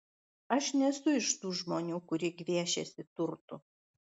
aš nesu iš tų žmonių kurie gviešiasi turtų